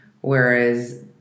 whereas